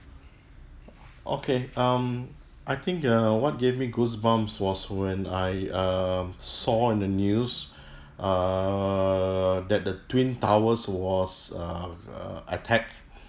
okay um I think err what gave me goosebumps was when I um saw in the news err that the twin towers was uh uh attack